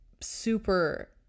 super